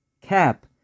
cap